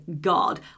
God